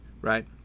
right